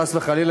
חס וחלילה,